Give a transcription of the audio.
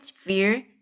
fear